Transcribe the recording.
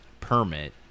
permit